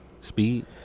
Speed